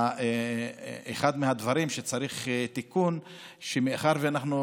אחד הדברים שצריך תיקון הוא שמאחר שאנחנו